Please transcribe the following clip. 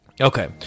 Okay